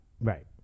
Right